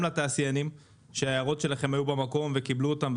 גם לתעשיינים שההערות שלכם היו במקום וקיבלו אותן,